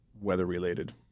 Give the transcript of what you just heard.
weather-related